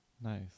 Nice